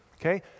okay